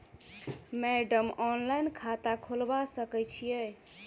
Madam online खाता खोलबा सकलिये छीयै?